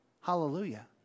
Hallelujah